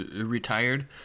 retired